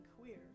queer